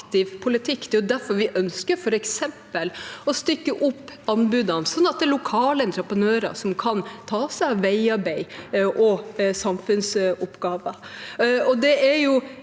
Det er derfor vi ønsker f.eks. å stykke opp anbudene, slik at det er lokale entreprenører som kan ta seg av veiarbeid og samfunnsoppgaver.